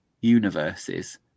universes